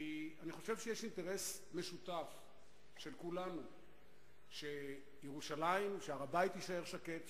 כי אני חושב שיש אינטרס משותף של כולנו שהר-הבית יישאר שקט,